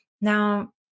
Now